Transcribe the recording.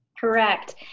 Correct